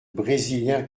brésilien